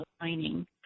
mining